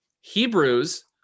Hebrews